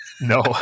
No